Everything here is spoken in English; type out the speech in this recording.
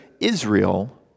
Israel